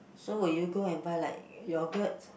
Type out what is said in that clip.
so will you go and buy like yoghurt